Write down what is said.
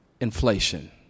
inflation